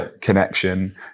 connection